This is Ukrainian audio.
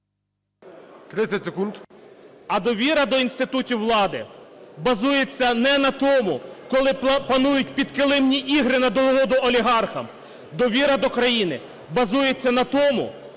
А довіра до інститутів влади базується не на тому, коли панують підкилимні ігри на догоду олігархам. Довіра до країни базується на тому,